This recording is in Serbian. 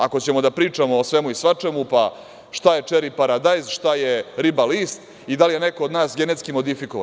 Ako ćemo da pričamo o svemu i svačemu, pa šta je čeri paradajz, šta je riba list i da li je neko od nas genetski modifikovan.